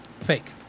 Fake